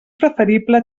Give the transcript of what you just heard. preferible